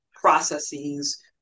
processes